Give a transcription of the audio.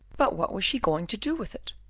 but what was she going to do with it?